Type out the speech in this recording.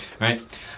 Right